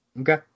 Okay